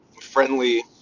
friendly